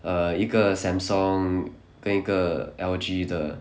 err 一个 Samsung 跟一个 L_G 的